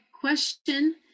question